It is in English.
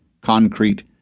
concrete